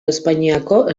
espainiako